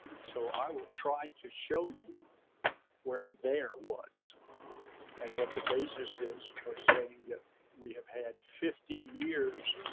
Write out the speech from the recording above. and so i will try to show you where there was and what the basis is for saying that we have had fifty years